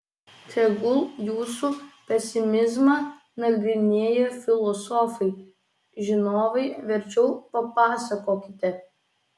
tegul jūsų pesimizmą nagrinėja filosofai žinovai verčiau papasakokite